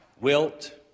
wilt